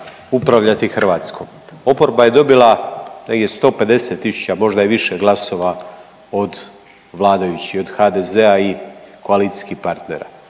upravljati Hrvatskom. Oporba je dobila negdje 150 tisuća, možda i više glasova od vladajućih, od HDZ-a i koalicijskih partnera,